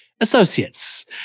associates